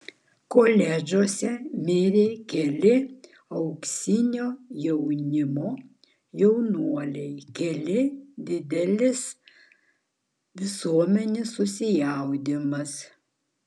koledžuose mirė keli auksinio jaunimo jaunuoliai kilo didelis visuomenės susijaudinimas